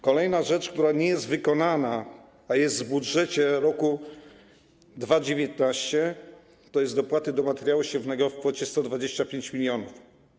Kolejna rzecz, która nie jest wykonana, a jest w budżecie roku 2019, to są dopłaty do materiału siewnego w kwocie 125 mln.